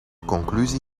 conclusie